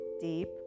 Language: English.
deep